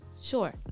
Sure